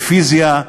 בפיזיקה.